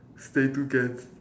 stay togeth~